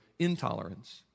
intolerance